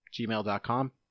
gmail.com